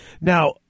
Now